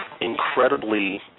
incredibly